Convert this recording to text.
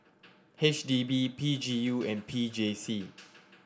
H D B P G U and P J C